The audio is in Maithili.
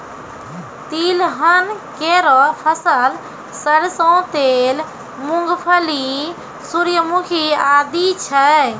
तिलहन केरो फसल सरसों तेल, मूंगफली, सूर्यमुखी आदि छै